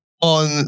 on